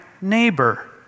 neighbor